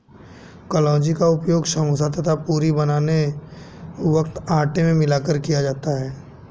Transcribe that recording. कलौंजी का उपयोग समोसा तथा पूरी को बनाते वक्त आटे में मिलाकर किया जाता है